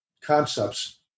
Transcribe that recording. concepts